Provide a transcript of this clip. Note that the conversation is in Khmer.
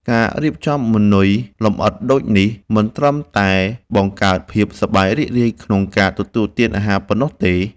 ការរៀបចំម៉ឺនុយលម្អិតដូចនេះ មិនត្រឹមតែបង្កើតភាពសប្បាយរីករាយក្នុងការទទួលទានអាហារប៉ុណ្ណោះទេ។